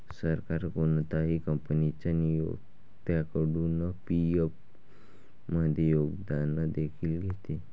सरकार कोणत्याही कंपनीच्या नियोक्त्याकडून पी.एफ मध्ये योगदान देखील घेते